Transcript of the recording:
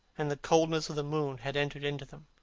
and the coldness of the moon had entered into them.